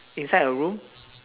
inside a room